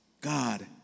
God